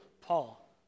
Paul